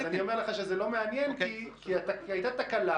אני אומר לך שזה לא מעניין כי הייתה תקלה